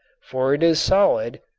for it is solid,